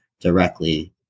directly